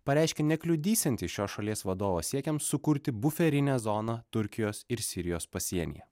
pareiškė nekliudysiantis šios šalies vadovo siekia sukurti buferinę zoną turkijos ir sirijos pasienyje